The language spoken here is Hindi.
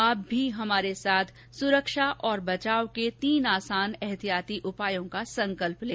आप भी हमारे साथ सुरक्षा और बचाव के तीन आसान एहतियाती उपायों का संकल्प लें